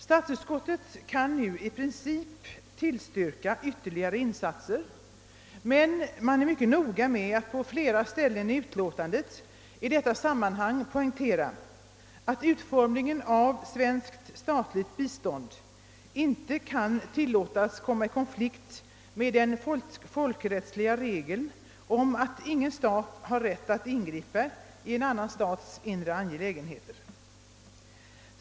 Statsutskottet kan nu i princip tillstyrka ytterligare insatser, men utskottet är mycket noga med att på flera ställen i utlåtandet poängtera att utformningen av svenskt statligt bistånd inte kan tillå tas komma i konflikt med den folkrättsliga regeln om att ingen stat har rätt att ingripa i en annan stats inre angelägenheter.